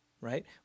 Right